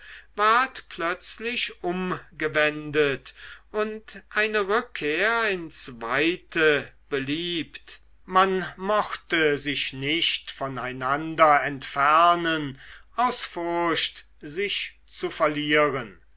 ward plötzlich umgewendet und eine rückkehr ins weite beliebt man mochte sich nicht voneinander entfernen aus furcht sich zu verlieren